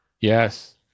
Yes